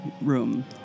room